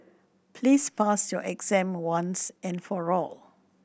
please pass your exam once and for all